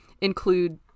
include